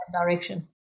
direction